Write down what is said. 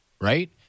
right